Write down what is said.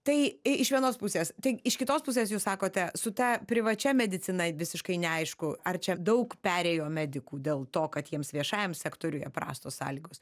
tai iš vienos pusės tai iš kitos pusės jūs sakote su ta privačia medicina visiškai neaišku ar čia daug perėjo medikų dėl to kad jiems viešajam sektoriuje prastos sąlygos